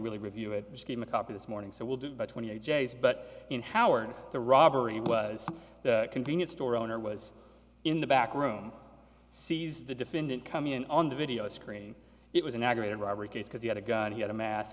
really review it became a copy this morning so we'll do the twenty eight days but in howard the robbery was a convenience store owner was in the back room sees the defendant come in on the video screen it was an aggravated robbery case because he had a gun he had a mas